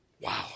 Wow